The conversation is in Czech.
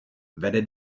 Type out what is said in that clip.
vede